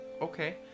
Okay